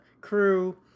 crew